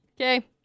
Okay